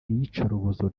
iyicarubozo